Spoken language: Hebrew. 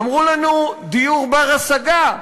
אמרו לנו דיור בר-השגה,